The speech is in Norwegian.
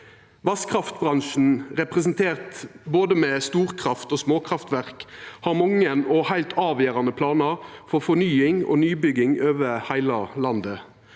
Vasskraftbransjen, representert med både storkraftog småkraftverk, har mange og heilt avgjerande planar for fornying og nybygging over heile landet.